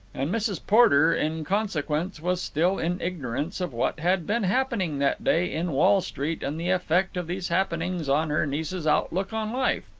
and mrs. porter, in consequence, was still in ignorance of what had been happening that day in wall street and the effect of these happenings on her niece's outlook on life.